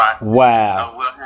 Wow